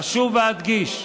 אשוב ואדגיש.